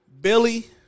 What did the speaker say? Billy